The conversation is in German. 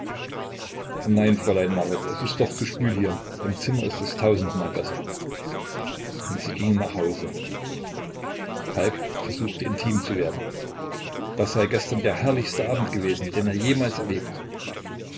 nein fräulein marit es ist doch zu schwül hier im zimmer ist es tausendmal besser und sie gingen nach hause falk versuchte intim zu werden das sei gestern der herrlichste abend gewesen den er jemals erlebt